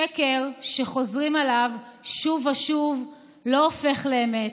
שקר שחוזרים עליו שוב ושוב לא הופך לאמת,